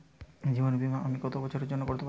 জীবন বীমা আমি কতো বছরের করতে পারি?